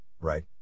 right